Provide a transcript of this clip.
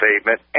pavement